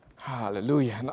Hallelujah